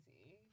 easy